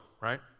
right